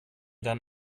dann